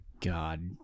God